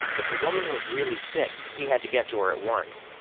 if the woman was really sick, he had to get to her at once,